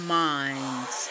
minds